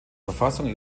verfassung